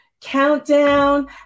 countdown